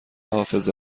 حافظه